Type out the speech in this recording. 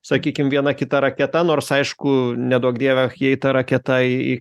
sakykim viena kita raketa nors aišku neduok dieve jei ta raketa į